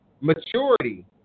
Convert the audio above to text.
maturity